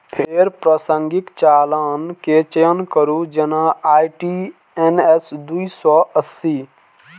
फेर प्रासंगिक चालान के चयन करू, जेना आई.टी.एन.एस दू सय अस्सी